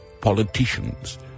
politicians